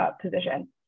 position